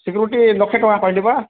security ଲକ୍ଷେ ଟଙ୍କା କହିଲି ପରା